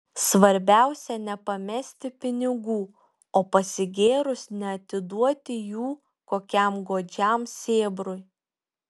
svarbiausia nepamesti pinigų o pasigėrus neatiduoti jų kokiam godžiam sėbrui